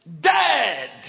dead